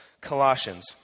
Colossians